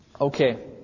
Okay